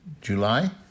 July